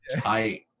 Tight